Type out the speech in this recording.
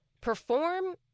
perform